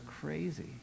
crazy